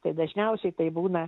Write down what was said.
tai dažniausiai tai būna